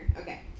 Okay